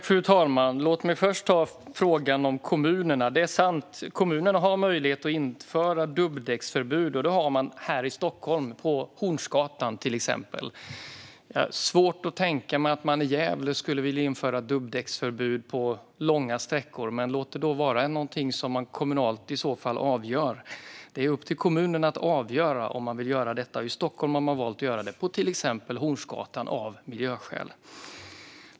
Fru talman! Låt mig först ta frågan om kommunerna. Det är sant att kommunerna har möjlighet att införa dubbdäcksförbud. Det har man till exempel på Hornsgatan här i Stockholm. Jag har svårt att tänka mig att man i Gävle skulle vilja införa dubbdäcksförbud på långa sträckor. Men det ska i så fall vara någonting som man avgör kommunalt. Det är upp till kommunen att avgöra om man vill göra detta. I Stockholm har man valt att göra det på till exempel Hornsgatan, av miljöskäl.